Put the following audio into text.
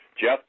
Jeff